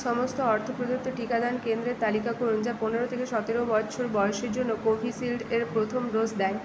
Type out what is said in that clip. সমস্ত অর্থ প্রদত্ত টিকাদান কেন্দ্রের তালিকা করুন যা পনেরো থেকে সতেরো বছর বয়সের জন্য কোভিশিল্ড এর প্রথম ডোজ দেয়